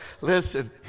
listen